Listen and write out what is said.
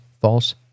false